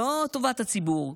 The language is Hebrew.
לא טובת הציבור,